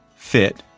fit,